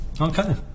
Okay